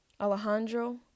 Alejandro